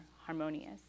harmonious